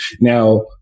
Now